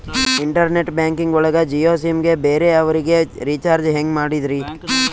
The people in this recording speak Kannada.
ಇಂಟರ್ನೆಟ್ ಬ್ಯಾಂಕಿಂಗ್ ಒಳಗ ಜಿಯೋ ಸಿಮ್ ಗೆ ಬೇರೆ ಅವರಿಗೆ ರೀಚಾರ್ಜ್ ಹೆಂಗ್ ಮಾಡಿದ್ರಿ?